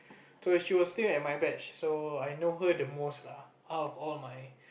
so she was still at my batch so I know her the most lah out of all my